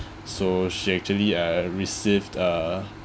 so she actually uh received uh